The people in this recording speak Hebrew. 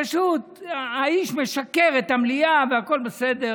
פשוט האיש משקר למליאה, והכול בסדר.